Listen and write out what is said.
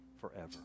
forever